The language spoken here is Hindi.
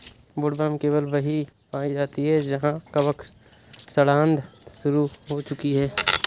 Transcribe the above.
वुडवर्म केवल वहीं पाई जाती है जहां कवक सड़ांध शुरू हो चुकी है